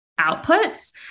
outputs